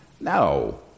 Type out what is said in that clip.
No